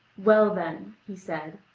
well, then, he said,